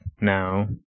now